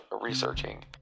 researching